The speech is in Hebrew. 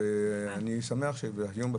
אני שמח שהיום,